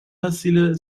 وسیله